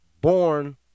born